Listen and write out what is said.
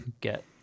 get